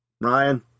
Ryan